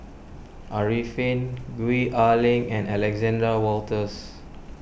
Arifin Gwee Ah Leng and Alexander Wolters